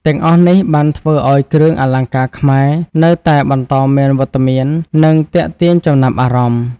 ទាំងអស់នេះបានធ្វើឱ្យគ្រឿងអលង្ការខ្មែរនៅតែបន្តមានវត្តមាន និងទាក់ទាញចំណាប់អារម្មណ៍។